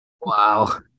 Wow